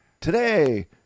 Today